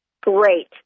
Great